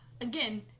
again